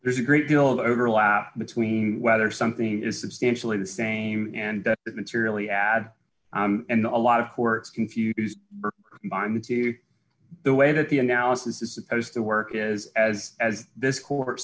there's a great deal of overlap between whether something is substantially the same and materially add in a lot of courts confused by me to the way that the analysis is supposed to work is as as this cour